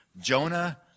Jonah